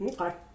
Okay